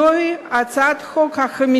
זו היא הצעת החוק החמישית